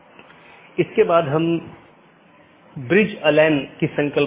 तो यह network layer reachability की जानकारी है